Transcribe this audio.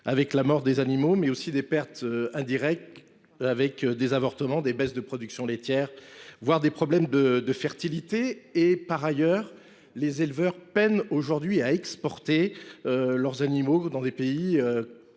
avec la mort des animaux, mais aussi des pertes indirectes, avec des avortements, une baisse de la production laitière, voire des problèmes de fertilité. Les éleveurs peinent donc à exporter leurs animaux vers des pays